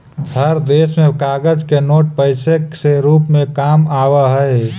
हर देश में कागज के नोट पैसे से रूप में काम आवा हई